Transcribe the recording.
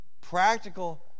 practical